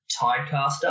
Tidecaster